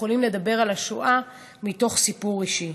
יכולים לדבר על השואה מתוך סיפור אישי.